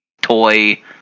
toy